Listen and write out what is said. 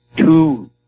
two